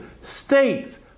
States